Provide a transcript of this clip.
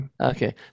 Okay